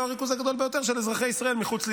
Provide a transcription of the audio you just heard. הריכוז הגדול ביותר של אזרחי ישראל מחוץ לישראל.